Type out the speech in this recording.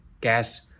gas